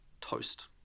toast